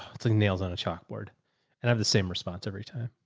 it's like nails on a chalkboard and have the same response every time.